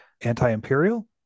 anti-imperial